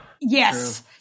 Yes